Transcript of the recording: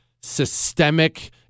systemic